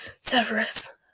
Severus